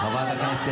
זה לא נכון,